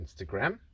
Instagram